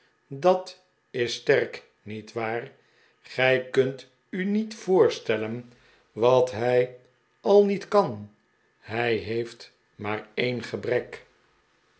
dat is sterk niet waar gij kunt u niet voorstellen wat hij al niet kan hij heeft maar een gebrek